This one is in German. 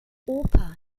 oper